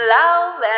love